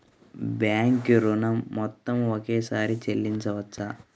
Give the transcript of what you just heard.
Bank ఋణం మొత్తము ఒకేసారి చెల్లించవచ్చా?